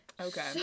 Okay